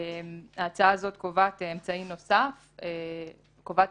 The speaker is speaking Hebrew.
ההצעה הזאת קובעת אפשרות